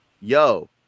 yo